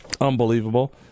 unbelievable